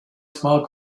small